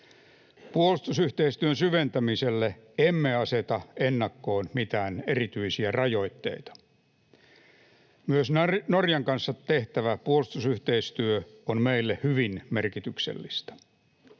Puolustusyhteistyön syventämiselle emme aseta ennakkoon mitään erityisiä rajoitteita. Myös Norjan kanssa tehtävä puolustusyhteistyö on meille hyvin merkityksellistä.